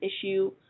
issue